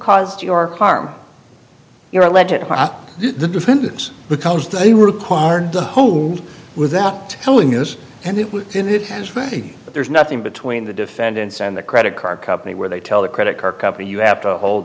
caused your car your legit hot the defenders because they were required to hold without telling us and it would send it as fancy but there's nothing between the defendants and the credit card company where they tell the credit card company you have to hold